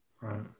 Right